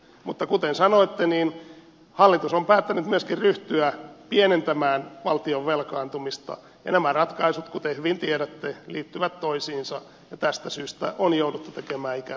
mutta kuten sanoitte hallitus on päättänyt myöskin ryhtyä pienentämään valtion velkaantumista ja nämä ratkaisut kuten hyvin tiedätte liittyvät toisiinsa ja tästä syystä on jouduttu tekemään ikäviäkin ratkaisuja